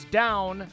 down